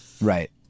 Right